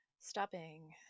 Stopping